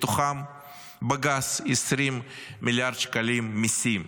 מתוכם בגס 20 מיליארד שקלים מיסים,